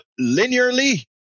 linearly